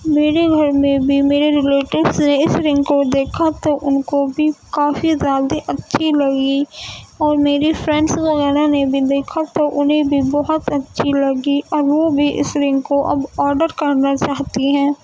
میرے گھر میں بھی میرے ریلیٹوز نے اس رنگ کو دیکھا تو ان کو بھی کافی زیادہ اچھی لگی اور میری فرینڈس وغیرہ نے بھی دیکھا تو انہیں بھی بہت اچھی لگی اور وہ بھی اس رنگ کو اب آڈر کرنا چاہتی ہیں